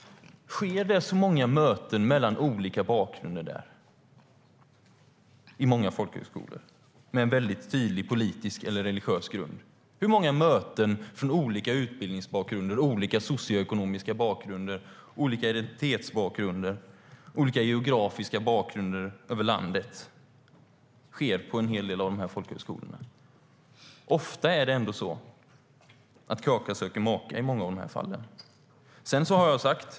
Sker det så många möten mellan olika bakgrunder på folkhögskolor med tydlig politisk eller religiös grund? Hur många möten mellan olika utbildningsbakgrunder, olika socioekonomiska bakgrunder, olika identitetsbakgrunder och olika geografiska bakgrunder sker på dessa folkhögskolor? Ofta söker kaka maka i dessa fall.